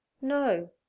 No